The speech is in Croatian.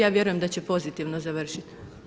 Ja vjerujem da će pozitivno završiti.